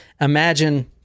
imagine